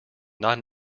not